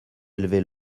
élever